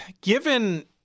given